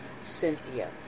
Cynthia